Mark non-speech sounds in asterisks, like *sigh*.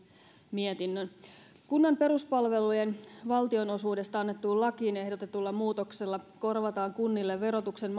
mietinnön kunnan peruspalvelujen valtionosuudesta annettuun lakiin ehdotetulla muutoksella korvataan kunnille verotuksen *unintelligible*